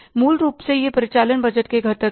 मूल रूप से ये परिचालन बजट के घटक हैं